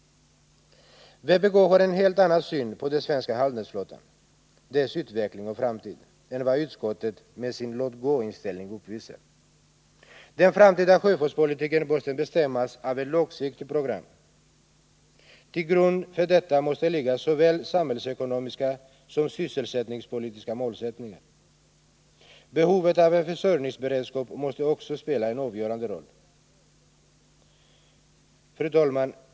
Vpk har en helt annan syn på den svenska handelsflottan, dess utveckling och framtid än vad utskottet med sin låt-gå-inställning uppvisar. Den framtida sjöfartspolitiken måste bestämmas av ett långsiktigt program. Till grund för detta måste ligga såväl samhällsekonomiska som sysselsättningspolitiska målsättningar. Behovet av en försörjningsberedskap måste också spela en avgörande roll. Fru talman!